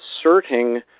asserting